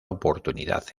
oportunidad